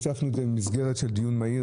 הצפנו אותם במסגרת דיון מהיר,